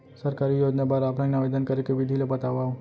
सरकारी योजना बर ऑफलाइन आवेदन करे के विधि ला बतावव